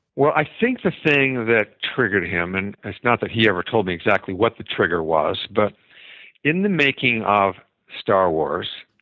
i think the thing that triggered him, and it's not that he ever told me exactly what the trigger was, but in the making of star war, so